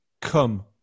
come